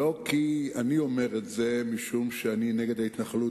לא כי אני אומר את זה משום שאני נגד ההתנחלות,